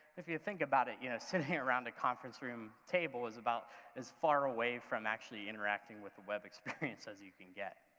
if you think about it you know sitting around a conference room table is about as far away from actually interacting with the web experience as you can get.